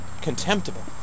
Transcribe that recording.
contemptible